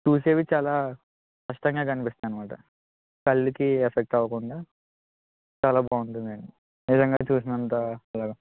చూసేవి చాలా స్పష్టంగా కనిపిస్తాయి అన్నమాట కళ్ళుకు ఎఫెక్ట్ అవ్వకుండా చాలా బాగుంటుంది అండి నిజంగా చూసినంత అలా